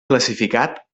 classificat